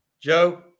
Joe